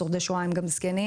שורדי שואה הם גם זקנים.